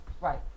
Right